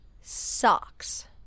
Socks